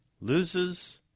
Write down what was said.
loses